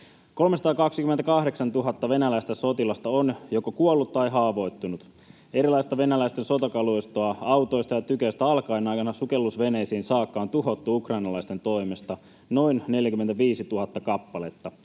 328 000 venäläistä sotilasta on joko kuollut tai haavoittunut. Erilaista venäläisten sotakalustoa autoista ja tykeistä alkaen aina sukellusveneisiin saakka on tuhottu ukrainalaisten toimesta noin 45 000 kappaletta.